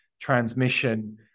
transmission